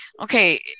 okay